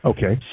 Okay